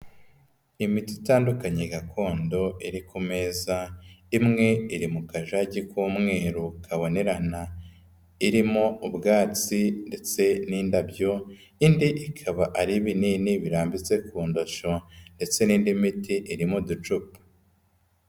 Imiti itandukanye gakondo iri ku meza, imwe iri mu kajagi k'umweru kabonerana, irimo ubwatsi ndetse n'indabyo, indi ikaba ari ibinini birambitse ku ndosho ndetse n'indi miti iri mu ducupa.